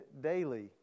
daily